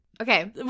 okay